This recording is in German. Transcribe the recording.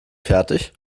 fertig